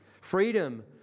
freedom